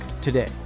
today